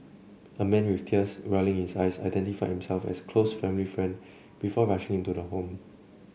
a man with tears welling in his eyes identified himself as a close family friend before rushing into the home